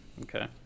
Okay